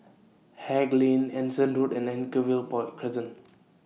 Haig Lane Anson Road and Anchorvale Crescent